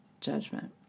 judgment